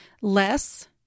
Less